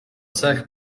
cech